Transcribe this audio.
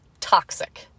toxic